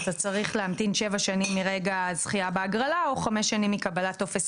אתה צריך להמתין שבע שנים מרגע הזכייה בהגרלה או חמש שנים מקבלת טופס